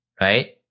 right